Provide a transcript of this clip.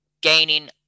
gaining